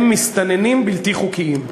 הם מסתננים בלתי חוקיים.